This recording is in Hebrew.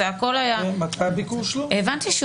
זה הכול